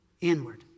inward